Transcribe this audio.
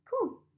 Cool